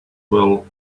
will